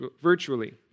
virtually